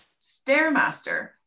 stairmaster